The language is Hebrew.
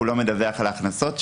הוא לא מדווח על ההכנסות שלו,